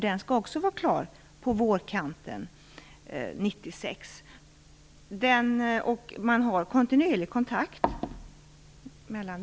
Den skall också vara klar på våren 1996.